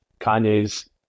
Kanye's